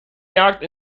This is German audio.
jagd